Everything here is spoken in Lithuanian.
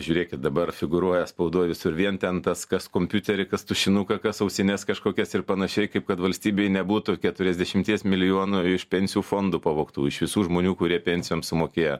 žiūrėkit dabar figūruoja spaudoj visur vien ten tas kas kompiuterį kas tušinuką kas ausines kažkokias ir panašiai kaip kad valstybei nebūtų keturiasdešimties milijonų iš pensijų fondų pavogtų iš visų žmonių kurie pensijoms sumokėjo